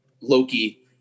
Loki-